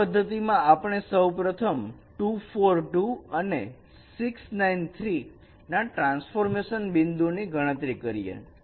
આ પદ્ધતિમાં આપણે સૌપ્રથમ 2 4 2 અને 6 9 3 ના ટ્રાન્સફોર્મર બિંદુ ની ગણતરી કરીએ